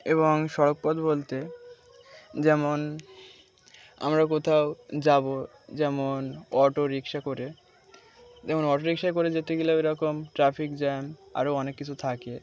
এবং সড়কপথ বলতে যেমন আমরা কোথাও যাবো যেমন অটো রিক্সা করে যেমন অটো রিক্সা করে যেতে গেলে ওইরকম ট্রাফিক জ্যাম আরও অনেক কিছু থাকে